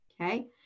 okay